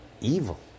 evil